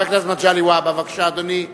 חבר הכנסת מגלי והבה, בבקשה, אדוני.